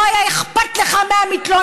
לא היה אכפת לך מהמתלוננת.